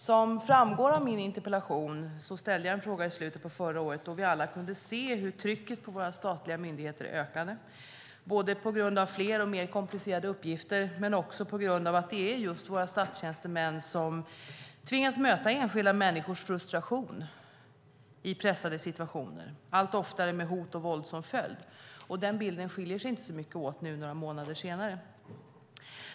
Som framgår av min interpellation ställde jag en fråga i slutet på förra året, då vi alla kunde se hur trycket på våra statliga myndigheter ökade både på grund av fler och mer komplicerade uppgifter men också på grund av att det är just våra statstjänstemän som tvingas möta enskilda människors frustration i pressande situationer, allt oftare med hot och våld som följd. Den bilden skiljer inte så mycket nu några månader senare.